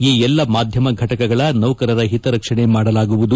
ಈ ಎಲ್ಲ ಮಾಧ್ಯಮ ಫಟಕಗಳ ನೌಕರರ ಹಿತರಕ್ಷಣೆ ಮಾಡಲಾಗುವುದು